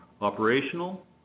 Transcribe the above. operational